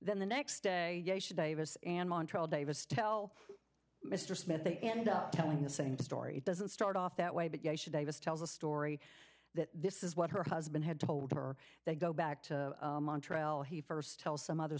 then the next day davis and montral davis tell mr smith they end up telling the same story doesn't start off that way but you should davis tells a story that this is what her husband had told her they go back to trail he first tell some other